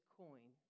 coin